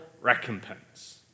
recompense